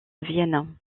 vienne